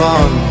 on